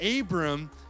Abram